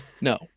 no